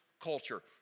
culture